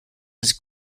was